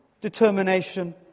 determination